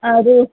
ಅದು